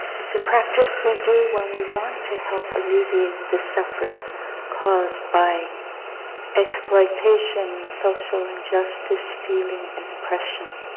it's a practice we do when we want to help alleviate the suffering caused by exploitation, social injustice, stealing, and oppression.